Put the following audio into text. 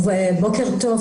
בוקר טוב.